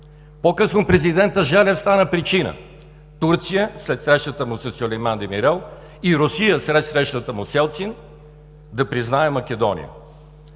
По-късно президентът Желев стана причина Турция, след срещата му със Сюлейман Демирел, и Русия, след срещата му с Елцин, да признае Македония.